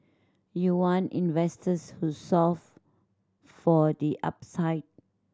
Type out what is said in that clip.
you want investors who solve for the upside